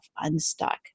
unstuck